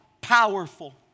powerful